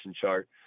chart